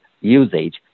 usage